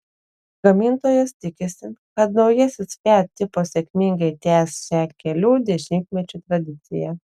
gamintojas tikisi kad naujasis fiat tipo sėkmingai tęs šią kelių dešimtmečių tradiciją